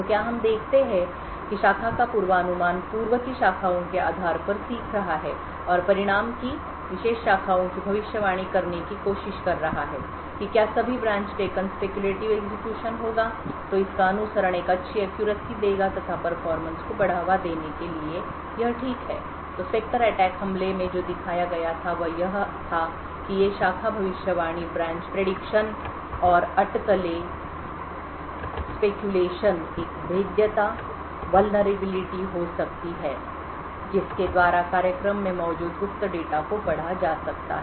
तो क्या हम देखते हैं कि शाखा का पूर्वानुमान पूर्व की शाखाओं के आधार पर सीख रहा है और परिणाम की विशेष शाखाओं की भविष्यवाणी करने की कोशिश कर रहा है कि क्या सभी ब्रांच टेकन स्पेक्युलेटिव एग्जीक्यूशन होगा तो इसका अनुसरण एक अच्छी एक्यूरेसी देगा तथा परफॉर्मेंस को बढ़ावा देने के लिए यह ठीक है तो स्पेक्टर अटैक हमले में जो दिखाया गया था वह यह था कि ये शाखा भविष्यवाणी ब्रांच प्रेडिक्शन और अटकलें स्पैक्यूलेशन एक भेद्यता वल्नरेबिलिटी हो सकती हैं जिसके द्वारा कार्यक्रम में मौजूद गुप्त डेटा को पढ़ा जा सकता है